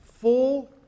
full